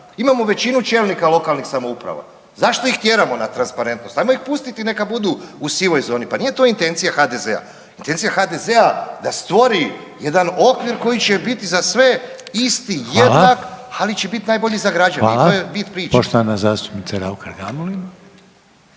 Imamo većinu čelnika lokalnih samouprava. Zašto ih tjeramo na transparentnost? Ajmo ih pustiti neka budu u sivoj zoni. Pa nije to intencija HDZ-a. Intencija HDZ-a da stvori jedna okvir koji će biti za sve isti, jednak, .../Upadica: Hvala. /... ali će biti najbolji za građane.